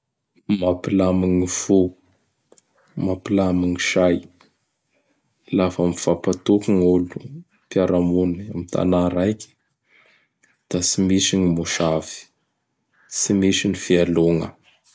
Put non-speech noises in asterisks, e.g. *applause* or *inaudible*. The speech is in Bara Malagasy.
*noise* Mampilamy gn ny fo, mampilamy gny say. *noise* Lafa mifampatoky *noise* gn' olo mpiara-mony am tanà raiky; da tsy misy gny mosavy; *noise* tsy misy ny fialogna.